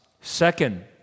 Second